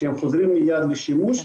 שהם חוזרים מיד לשימוש,